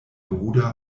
bruder